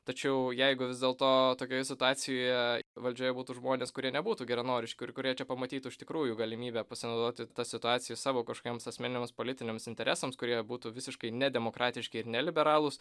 tačiau jeigu vis dėlto tokioje situacijoje valdžioje būtų žmonės kurie nebūtų geranoriški ir kurie čia pamatytų iš tikrųjų galimybę pasinaudoti ta situacija savo kažkokiems asmeniniams politiniams interesams kurie būtų visiškai nedemokratiški ir neliberalūs